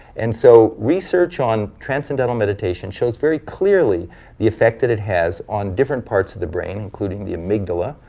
and so research on transcendental meditation shows very clearly the effect that it has on different parts of the brain, including the amygdala,